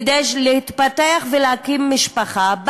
כדי להתפתח ולהקים משפחה.